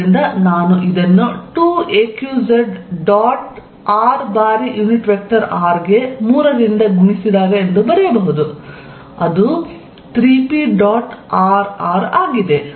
ಆದ್ದರಿಂದ ನಾನು ಇದನ್ನು 2aqz ಡಾಟ್ r ಬಾರಿ ಯುನಿಟ್ ವೆಕ್ಟರ್ r ಗೆ 3 ರಿಂದ ಗುಣಿಸಿದಾಗ ಎಂದು ಬರೆಯಬಹುದು ಅದು 3p ಡಾಟ್ r r ಆಗಿದೆ